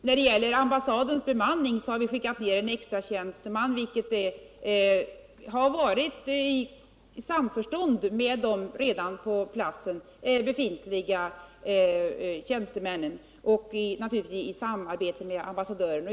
När det gäller ambassadens bemanning har vi skickat ner en extra tjänsteman, vilket skett i samförstånd med de redan på platsen befintliga tjänstemännen och naturligtvis i samarbete med ambassadören.